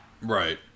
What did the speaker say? Right